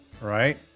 right